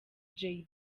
jay